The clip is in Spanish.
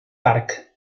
park